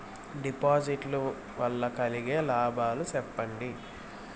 డిపాజిట్లు లు వల్ల కలిగే లాభాలు సెప్పండి?